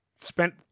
spent